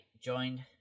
joined